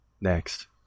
next